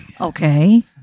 Okay